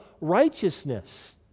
righteousness